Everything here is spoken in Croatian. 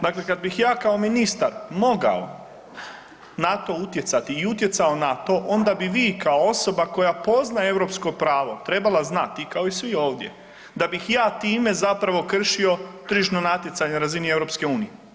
Dakle, kad bih ja kao ministar mogao na to utjecati i utjecao na to onda bi vi kao osoba koja poznaje europsko pravo trebala znati kao i svi ovdje da bih ja time zapravo kršio tržišno natjecanje na razini EU.